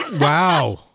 Wow